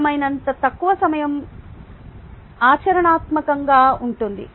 సాధ్యమైనంత తక్కువ సమయం ఆచరణాత్మకంగా ఉంటుంది